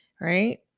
right